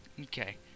Okay